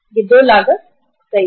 ये 2 लागत सही हैं